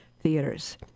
theaters